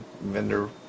vendor